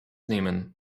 nehmen